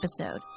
episode